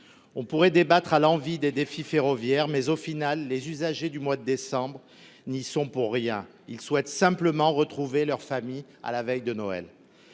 On pourrait débattre à l’envi des défis ferroviaires, mais, en définitive, les usagers du mois de décembre n’y seront pour rien : ils souhaiteront simplement retrouver leur famille à la veille de Noël.